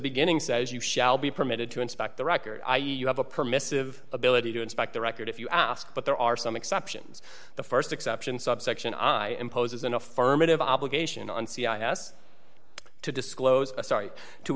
beginning says you shall be permitted to inspect the record i e you have a permissive ability to inspect the record if you ask but there are some exceptions the st exception subsection i imposes an affirmative obligation on c i s to disclose a start to